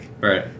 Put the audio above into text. Right